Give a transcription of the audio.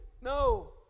No